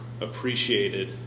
appreciated